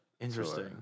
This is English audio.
Interesting